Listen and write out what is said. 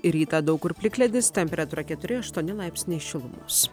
rytą daug kur plikledis temperatūra keturi aštuoni laipsniai šilumos